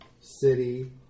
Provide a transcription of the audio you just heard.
city